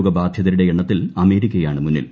രോഗബാധിതരുടെ എണ്ണത്തിൽ അമേരിക്കയാണ് മുന്നിൽ